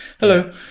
hello